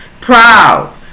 Proud